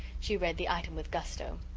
she read the item with gusto.